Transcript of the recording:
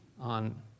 on